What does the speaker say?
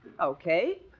Okay